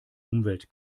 umwelt